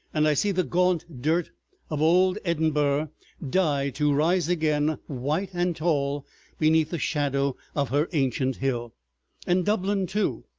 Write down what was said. and i see the gaunt dirt of old edinburgh die to rise again white and tall beneath the shadow of her ancient hill and dublin too,